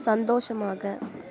சந்தோஷமாக